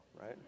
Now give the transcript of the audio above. right